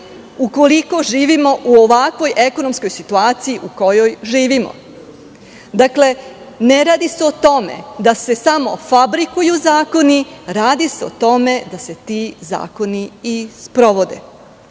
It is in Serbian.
ukoliko živimo u ovakvoj ekonomskoj situaciji u kojoj živimo? Ne radi se o tome da se samo fabrikuju zakoni. Radi se o tome da se oni i sprovode. Ovde